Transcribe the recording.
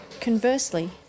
Conversely